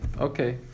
Okay